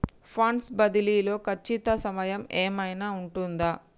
Funds బదిలీ లో ఖచ్చిత సమయం ఏమైనా ఉంటుందా?